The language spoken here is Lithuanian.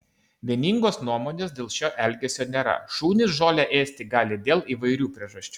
vieningos nuomonės dėl šio elgesio nėra šunys žolę ėsti gali dėl įvairių priežasčių